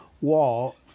wall